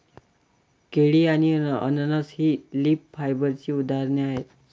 केळी आणि अननस ही लीफ फायबरची उदाहरणे आहेत